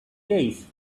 case